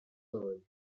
gold